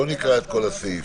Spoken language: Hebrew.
בוא נקרא את כל הסעיף,